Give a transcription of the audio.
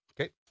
Okay